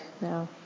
now